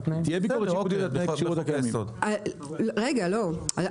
תהיה ביקורת שיפוטית --- על הקיימים.